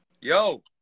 Yo